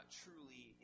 truly